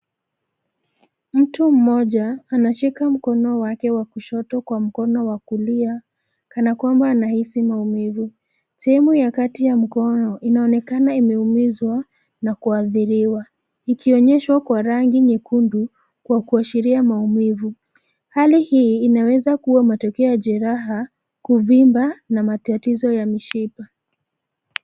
Mtu mmoja anashika mkono wake wa kushoto kwa mkono wa kulia kana kwamba anahisi maumivu. Sehemu ya kati ya mkono inaonekana imeumizwa na kuathiriwa ikionyeshwa kwa rangi nyekundu kwa kuashiria maumivu. Hali hii inaweza kuwa matokeo ya jeraha, kuvimba na matatizo ya mishipa.